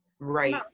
Right